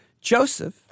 Joseph